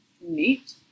Neat